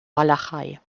walachei